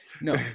No